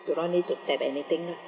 do not need to tap anything lah